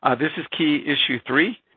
ah this is key issue three.